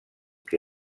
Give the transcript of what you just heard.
que